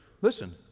Listen